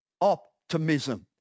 optimism